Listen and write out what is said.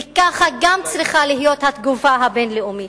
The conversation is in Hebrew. וכך גם צריכה להיות התגובה הבין-לאומית.